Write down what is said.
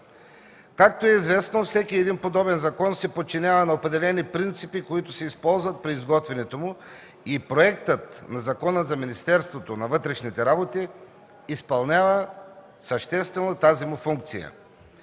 Както е известно, всеки подобен закон се подчинява на определени принципи, които се използват при изготвянето му, и проектът на Закон за Министерството на вътрешните работи изпълнява съществено тази му функция.